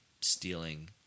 stealing